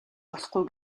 болохгүй